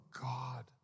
God